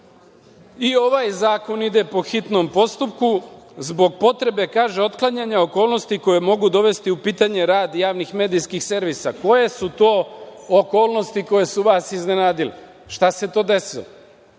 I ovaj zakon ide po hitnom postupku zbog potrebe, kaže, otklanjanja okolnosti koje mogu dovesti u pitanje rad javnih medijskih servisa. Koje su to okolnosti koje su vas iznenadile? Šta se to desilo?